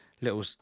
little